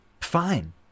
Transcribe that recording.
fine